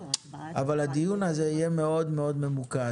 אבל הדיון הזה יהיה מאוד מאוד ממוקד.